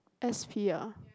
S_P ah